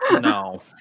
No